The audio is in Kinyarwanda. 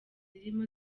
zirimo